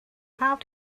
how